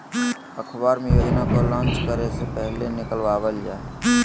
अखबार मे योजना को लान्च करे से पहले निकलवावल जा हय